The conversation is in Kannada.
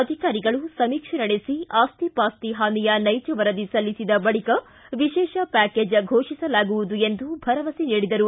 ಅಧಿಕಾರಿಗಳು ಸಮೀಕ್ಷೆ ನಡೆಸಿ ಆಸ್ತಿ ಪಾಸ್ತಿ ಹಾನಿಯ ನೈಜ ವರದಿ ಸಲ್ಲಿಸಿದ ಬಳಿಕ ವಿಶೇಷ ಪ್ಯಾಕೇಜ್ ಘೋಷಿಸಲಾಗುವುದು ಎಂದು ಭರವಸೆ ನೀಡಿದರು